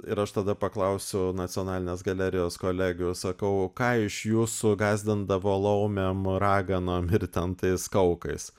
ir aš tada paklausiu nacionalinės galerijos kolegių sakau ką iš jūsų gąsdindavo laumėm raganom ir ten tais kaukais